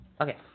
Okay